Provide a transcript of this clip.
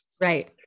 Right